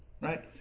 right